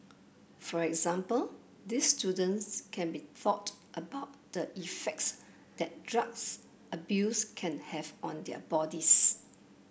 for example these students can be thought about the effects that drugs abuse can have on their bodies